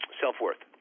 self-worth